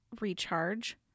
recharge